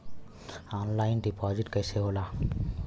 Online deposit कैसे होला?